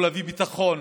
להביא ביטחון.